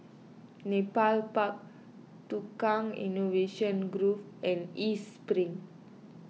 Nepal Park Tukang Innovation Grove and East Spring